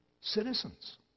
citizens